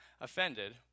offended